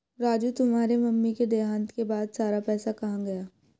राजू तुम्हारे मम्मी के देहांत के बाद सारा पैसा कहां गया?